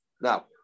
Now